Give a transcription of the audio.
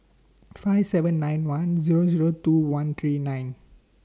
five seven nine one Zero Zero two one three nine